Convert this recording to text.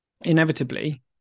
inevitably